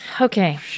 Okay